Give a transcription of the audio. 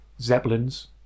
zeppelins